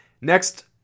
next